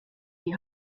die